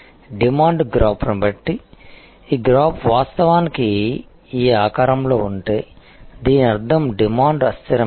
demand గ్రాఫ్నుబట్టి ఈ graph వాస్తవానికి ఈ ఆకారంలో ఉంటే దీని అర్థం డిమాండ్ అస్థిరమైనది